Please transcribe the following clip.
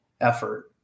effort